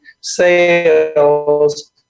sales